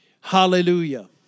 Hallelujah